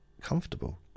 ...comfortable